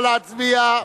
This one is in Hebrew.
נא להצביע.